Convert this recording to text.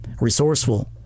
resourceful